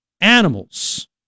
animals